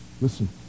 Listen